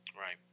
Right